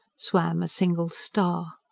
swam a single star.